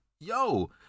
Yo